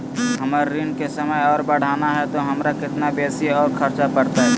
हमर ऋण के समय और बढ़ाना है तो हमरा कितना बेसी और खर्चा बड़तैय?